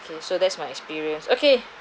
okay so that's my experience okay